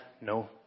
no